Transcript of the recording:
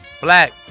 black